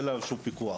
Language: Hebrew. אין שום פיקוח.